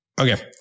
Okay